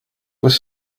was